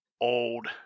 old